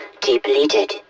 depleted